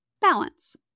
Balance